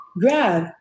Grab